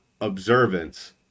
observance